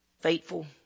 faithful